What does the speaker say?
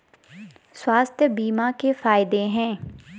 स्वास्थ्य बीमा के फायदे हैं?